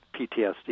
PTSD